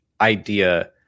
idea